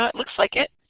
ah it looks like it.